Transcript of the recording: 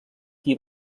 qui